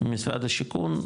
ממשרד השיכון,